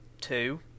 Two